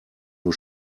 nur